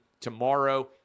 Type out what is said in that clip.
tomorrow